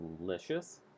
delicious